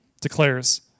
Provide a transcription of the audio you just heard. declares